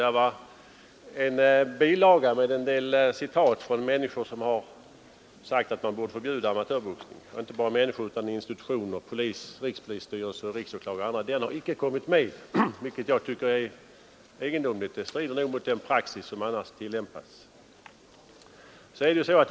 Den hade en bilaga med citat ur uttalanden av såväl enskilda människor som institutioner, t.ex. rikspolisstyrelsen, riksåklagaren m.fl., vilka ansett att man borde förbjuda amatörboxningen. Detta redovisas inte i utskottets betänkande, vilket jag som sagt tycker är egendomligt. Det strider nog mot den praxis som annars tillämpas.